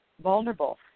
vulnerable